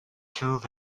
tube